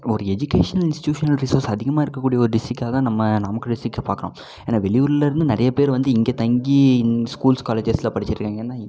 ஒரு educational institutional resource அதிகமாக இருக்கக்கூடிய ஒரு டிஸ்டிக்காக தான் நம்ம நாமக்கல் டிஸ்டிக்கை பார்க்கறோம் ஏன்னால் வெளியூரில் இருந்து நிறைய பேர் வந்து இங்கே தங்கி இங் ஸ்கூல்ஸ் காலேஜஸெல்லாம் படிச்சுட்ருக்காங்க ஏன்னால்